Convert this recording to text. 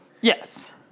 Yes